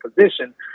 position